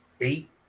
eight